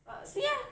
see ah